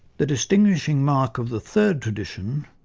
the distinguishing mark of the third tradition,